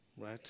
Right